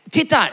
Titta